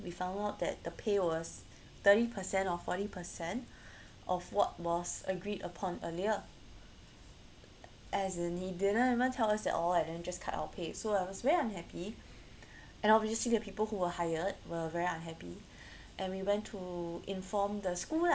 we found out that the pay was thirty percent or forty percent of what was agreed upon earlier as in he didn't even tell us at all and then just cut our pay so I was very unhappy and obviously the people who were hired were very unhappy and we went to inform the school lah